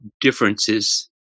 differences